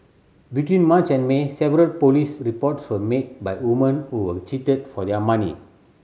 between March and May several police reports were made by woman who were cheated for their money